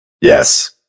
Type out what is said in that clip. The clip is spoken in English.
yes